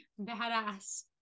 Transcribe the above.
Badass